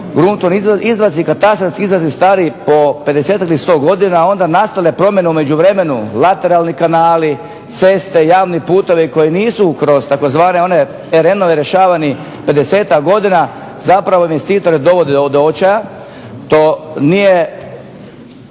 izvadci i katastarski izvadci stari po 50-ak i 100 godina, a onda nastale promjene u međuvremenu lateralni kanali, ceste, javni putovi koji nisu kroz tzv. one terene rješavani 50-ak godina zapravo investitore dovode do očaja. To nije